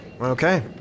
Okay